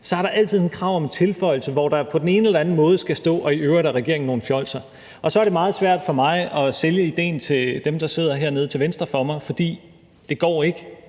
så er der altid et krav om en tilføjelse, hvor der på den ene eller den anden måde skal stå: I øvrigt er regeringen nogle fjolser. Og så er det meget svært for mig at sælge idéen til dem, der sidder hernede til venstre for mig, for det går ikke.